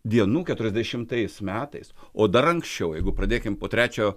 dienų keturiasdešimtais metais o dar anksčiau jeigu pradėkim po trečiojo